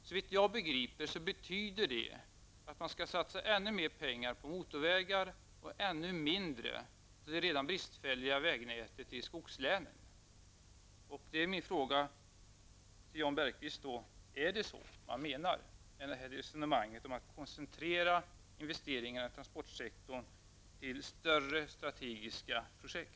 Såvitt jag begriper betyder det att man skall satsa ännu mer pengar på motorvägar och ännu mindre på det redan bristfälliga vägnätet i skogslänen. Då är min fråga till Jan Bergqvist: Är det så man menar med resonemanget om att koncentrera investeringarna på transportsektorn till större strategiska projekt?